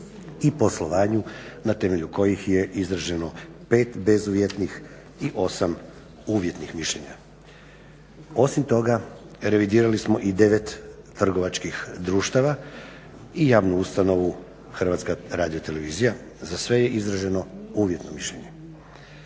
i poslovanju na temelju kojih je izraženo 5 bezuvjetnih i 8 uvjetnih mišljenja. Osim toga revidirali smo i 9 trgovačkih društava i javnu ustanovu HRT-a. Za sve je izraženo uvjetno mišljenje.